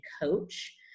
coach